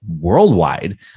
worldwide